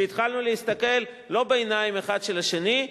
שהתחלנו להסתכל לא בעיניים של השני,